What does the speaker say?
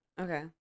Okay